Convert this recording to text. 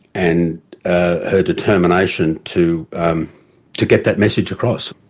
and her determination to um to get that message across.